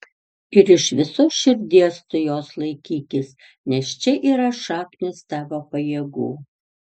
ir iš visos širdies tu jos laikykis nes čia yra šaknys tavo pajėgų